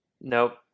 Nope